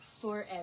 forever